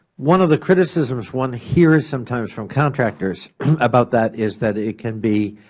one of the criticisms one hears sometimes from contractors about that is that it can be,